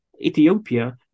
Ethiopia